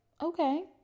okay